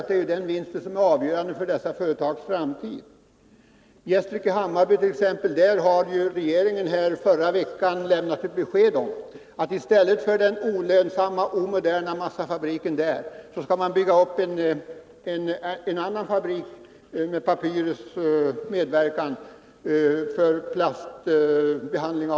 Det är ju denna vinst som är avgörande för dessa företags framtid och det har stor betydelse även för andra företag. gäller Gästrike-Hammarby lämnade regeringen förra veckan besked om att man, med Papyrus medverkan, i stället för den olönsamma, omoderna massafabriken skall stödja tillkomsten av fabrikation för plastbehandling.